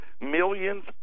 millions